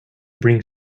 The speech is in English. bring